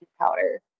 powder